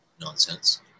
nonsense